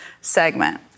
segment